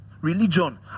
Religion